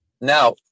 Now